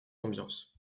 ambiance